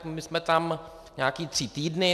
My jsme tam nějaké tři týdny.